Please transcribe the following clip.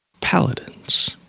paladins